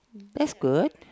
that's good